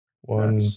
one